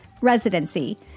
residency